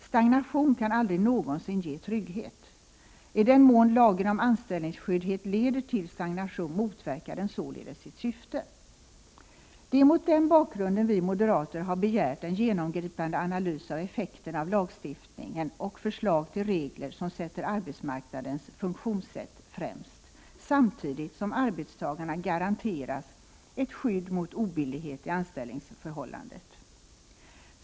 Stagnation kan aldrig någonsin ge trygghet. I den mån lagen om anställningsskydd leder till stagnation motverkar den således sitt syfte. Det är mot den bakgrunden vi moderater har begärt en genomgripande analys av effekterna av lagstiftningen och förslag till regler som sätter arbetsmarknadens funktionssätt främst, samtidigt som arbetstagarna garanteras ett skydd mot obillighet i anställningsförhållandet.